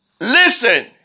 Listen